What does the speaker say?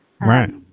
Right